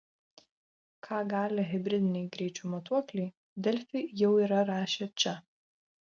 ką gali hibridiniai greičio matuokliai delfi jau yra rašę čia